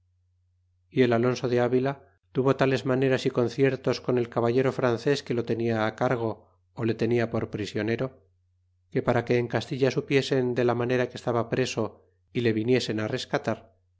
y el alonso de avila tuvo tales maneras y conciertos con el caballero frances que lo tenia cargo ó le tenia por prisionero que para que en castilla supiesen de la manera que estaba preso y le viniesen rescatar